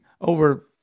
over